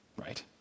right